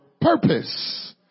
purpose